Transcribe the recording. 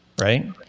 right